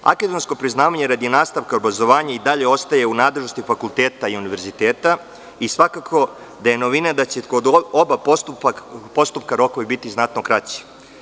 Akademsko priznavanje radi nastavka obrazovanja i dalje ostaje u nadležnosti fakulteta i univerziteta i svakako da je novina da će kod oba postupka rokovi biti znatno kraći.